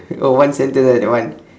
oh one sentence right that one